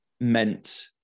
meant